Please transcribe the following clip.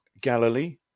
Galilee